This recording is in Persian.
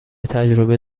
تجربه